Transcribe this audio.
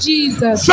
Jesus